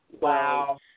Wow